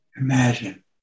Imagine